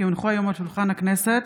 כי הונחו היום על שולחן הכנסת,